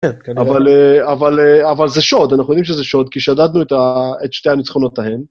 אבל זה, אבל זה, אבל זה שוד, אנחנו יודעים שזה שוד, כי שדדנו את שתי הניצחונות ההן.